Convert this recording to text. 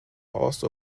also